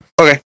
Okay